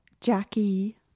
jackie